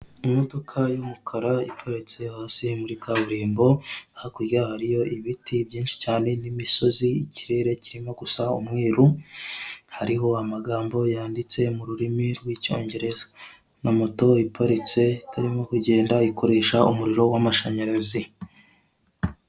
Imodoka y'umukara iparitse hasi muri kaburimbo, hakurya hariyo ibiti byinshi cyane n'imisozi, ikirere kirimo gusa umweru, hariho amagambo yanditse mu rurimi rw'icyongereza na moto iparitse itarimo kugenda ikoresha umuriro w'amashanyarazi.